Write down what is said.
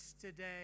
today